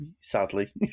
Sadly